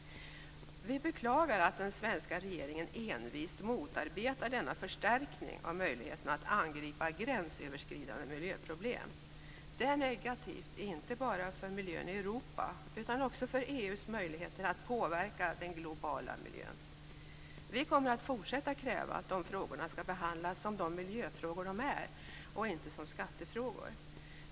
Vi beklagar att den svenska regeringen envist motarbetar denna förstärkning av möjligheterna att angripa gränsöverskridande miljöproblem. Det är negativt inte enbart för miljön i Europa utan också för EU:s möjligheter att påverka den globala miljön. Vi kommer att fortsätta kräva att de frågorna skall behandlas som de miljöfrågor de är och inte som skattefrågor.